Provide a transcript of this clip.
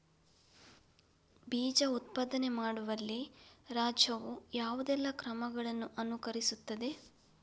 ಬೀಜ ಉತ್ಪಾದನೆ ಮಾಡುವಲ್ಲಿ ರಾಜ್ಯವು ಯಾವುದೆಲ್ಲ ಕ್ರಮಗಳನ್ನು ಅನುಕರಿಸುತ್ತದೆ?